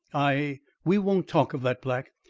i we won't talk of that, black.